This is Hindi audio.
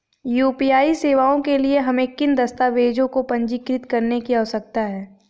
यू.पी.आई सेवाओं के लिए हमें किन दस्तावेज़ों को पंजीकृत करने की आवश्यकता है?